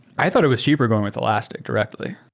i thought it was cheaper going with elastic directly.